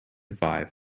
five